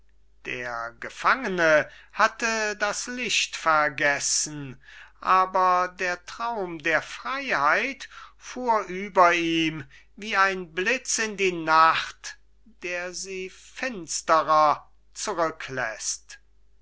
der gefangene hatte das licht vergessen aber der traum der freyheit fuhr über ihm wie ein blitz in die nacht der sie finsterer zurückläßt